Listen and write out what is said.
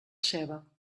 ceba